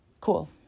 cool